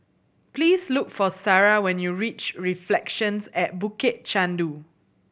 please look for Sarrah when you reach Reflections at Bukit Chandu